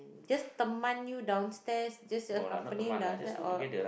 just teman you downstairs just the company downstairs or